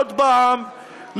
עוד פעם,